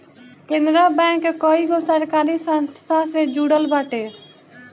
Canara bank कईगो सरकारी संस्था से जुड़ल बाटे